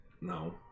No